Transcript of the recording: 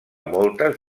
moltes